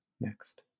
next